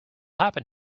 happen